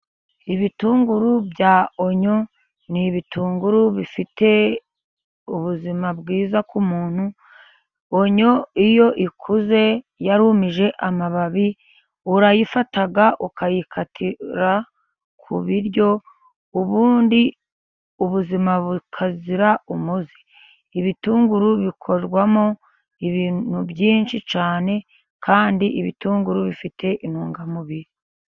Ibitunguru bya onyo ni ibitunguru bifite ubuzima bwiza ku muntu. Onyo iyo ikuze yarumije amababi, urayifata ukayikatira ku biryo ubundi ubuzima bukazira umuze. Ibitunguru bikorwamo ibintu byinshi cyane kandi ibitunguru bifite intungamubiri.